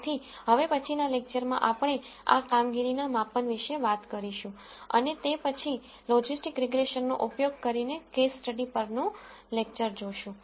તેથી હવે પછીના લેકચરમાં આપણે આ કામગીરીના માપન વિશે વાત કરીશું અને તે પછી લોજીસ્ટીક રીગ્રેસનનો ઉપયોગ કરીને કેસ સ્ટડી પરનું લેકચર જોશું